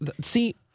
See